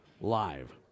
live